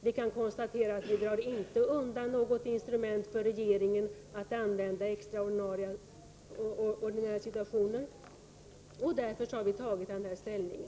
Jag vill framhålla att vi inte undandrar regeringen ett instrument som kan användas i extraordinära situationer. Därför har vi tagit ställning i nämnda riktning.